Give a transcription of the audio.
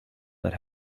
that